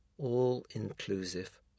All-Inclusive